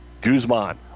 guzman